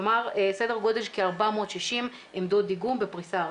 כלומר סדר גודל של כ-460 עמדות דיגום בפריסה ארצית,